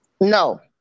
No